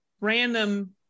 random